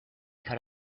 cut